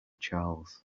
charles